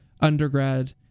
undergrad